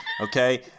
Okay